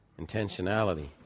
intentionality